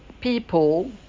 people